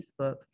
Facebook